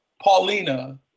Paulina